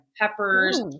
peppers